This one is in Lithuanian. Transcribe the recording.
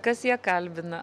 kas ją kalbina